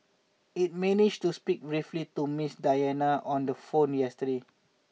it managed to speak briefly to Ms Diana on the phone yesterday